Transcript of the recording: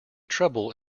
trouble